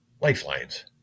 Lifelines